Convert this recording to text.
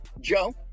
Joe